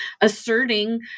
asserting